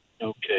okay